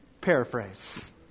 Paraphrase